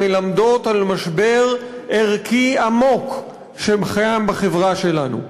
מלמדות על משבר ערכי עמוק שקיים בחברה שלנו,